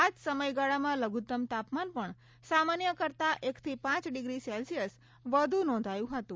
આજ સમયગાળામાં લઘુત્તમ તાપમાન પણ સામાન્ય કરતાં એકથી પાંચ ડિગ્રી સેલ્સીયસ વધુ નોંધાયું હતું